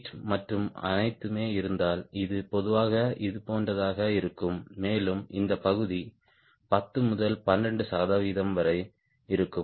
8 மற்றும் அனைத்துமே இருந்தால் இது பொதுவாக இதுபோன்றதாக இருக்கும் மேலும் இந்த பகுதி 10 முதல் 12 சதவிகிதம் வரை இருக்கும்